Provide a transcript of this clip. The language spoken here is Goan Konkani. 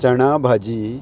चणा भाजी